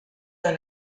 dans